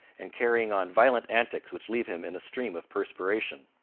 and carrying on violent antics which leave him in a stream of perspiration.